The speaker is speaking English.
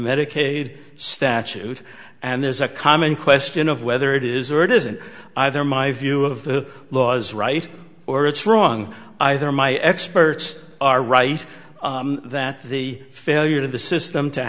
medicaid statute and there's a common question of whether it is or it isn't either my view of the law's right or it's wrong either my experts are right that the failure of the system to